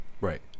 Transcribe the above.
Right